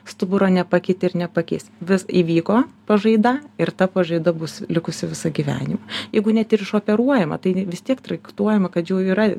stuburo nepakeitė ir nepakeis vis įvyko pažaida ir ta pažaida bus likusą visą gyvenimą jeigu net ir išoperuojama tai vis tiek traktuojama kad jau yra